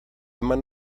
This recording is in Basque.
eman